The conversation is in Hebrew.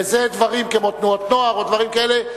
וזה דברים כמו תנועות נוער או דברים כאלה.